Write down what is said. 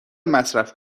مصرف